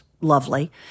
lovely